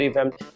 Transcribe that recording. Family